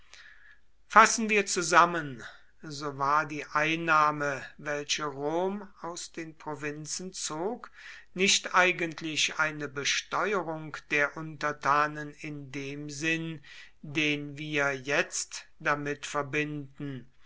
fassen wir zusammen so war die einnahme welche rom aus den provinzen zog nicht eigentlich eine besteuerung der untertanen in dem sinn den wir jetzt damit verbinden